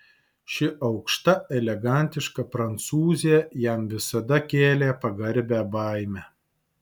ši aukšta elegantiška prancūzė jam visada kėlė pagarbią baimę